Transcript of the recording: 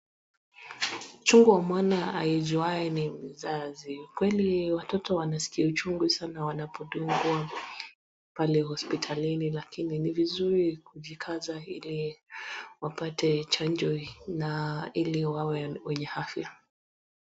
Uchungu wa mwana aijuaye ni mzazi, kweli watoto wanaskia uchungu sana wanapodungwa pale hosiptalini, lakini ni vizuri kujikaza ili wapate chanjo na ile wawe wenye afya.